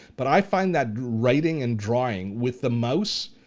but i find that writing and drawing with the mouse,